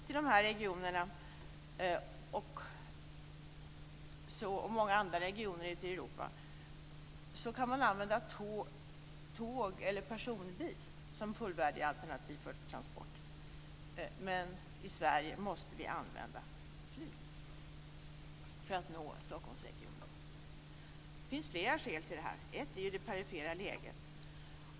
I dessa regioner och många andra regioner ute i Europa kan man använda tåg eller personbil som fullvärdiga alternativ för transport, men i Sverige måste vi använda flyg för att nå Stockholmsregionen. Det finns flera skäl till detta. Ett är det perifera läget.